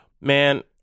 man